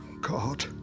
God